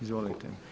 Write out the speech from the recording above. Izvolite.